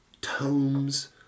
tomes